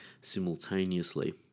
simultaneously